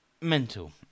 Mental